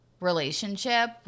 relationship